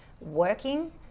working